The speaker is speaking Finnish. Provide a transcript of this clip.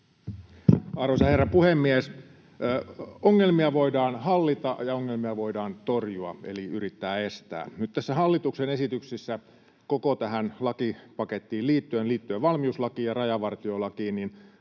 Arvoisa herra puhemies! Ongelmia voidaan hallita ja ongelmia voidaan torjua eli yrittää estää. Nyt tässä hallituksen esityksessä koko tähän lakipakettiin liittyen, liittyen valmiuslakiin ja rajavartiolakiin,